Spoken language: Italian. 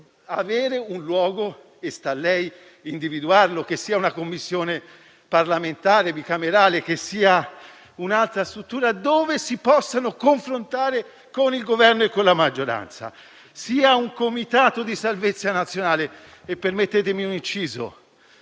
avere un luogo, che sta a lei individuare, che sia una Commissione parlamentare bicamerale, che sia un'altra struttura, dove si possano confrontare con il Governo e con la maggioranza, che sia un comitato di salvezza nazionale. Permettetemi un inciso